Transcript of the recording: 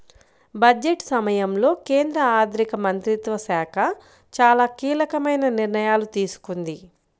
budget సమయంలో కేంద్ర ఆర్థిక మంత్రిత్వ శాఖ చాలా కీలకమైన నిర్ణయాలు తీసుకుంది